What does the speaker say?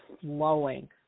flowing